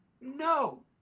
no